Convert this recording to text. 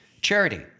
Charity